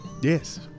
Yes